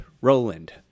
Roland